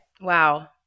Wow